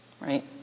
right